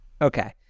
Okay